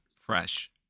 fresh